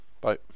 bye